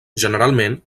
generalment